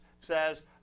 says